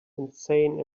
insane